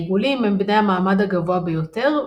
העיגולים הם בני המעמד הגבוה ביותר,